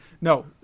No